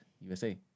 USA